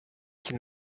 qu’il